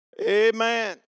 Amen